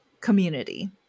community